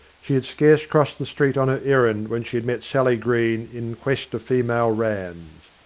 she had scarce crossed the street on her errand when she had met sally green in quest of female ranns.